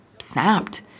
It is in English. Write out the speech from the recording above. snapped